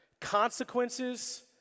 Consequences